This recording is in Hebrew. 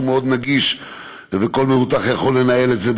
שהוא מאוד נגיש וכל מבוטח יכול לנהל את זה,